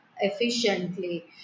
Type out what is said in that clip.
efficiently